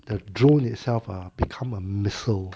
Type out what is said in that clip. the drone itself !huh! become a missile